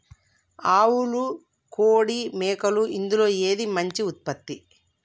ఆవులు కోడి మేకలు ఇందులో ఏది మంచి ఉత్పత్తి?